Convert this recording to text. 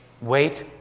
Wait